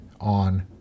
on